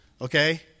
Okay